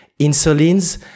insulins